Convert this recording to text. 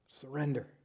surrender